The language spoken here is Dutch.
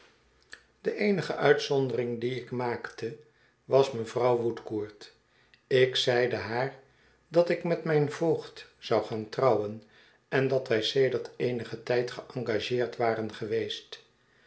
de eenige uitzondering die ik maakte was mevrouw woodcourt ik zeide haar dat ik met mijn voogd zou gaan trouwen en dat wij sedert eenigen tijd geëngageerd waren geweest